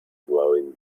blowing